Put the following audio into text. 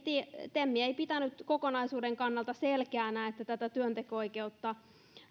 ei pitänyt kokonaisuuden kannalta selkeänä tätä että työnteko oikeutta soveltuvuutta